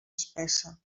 espessa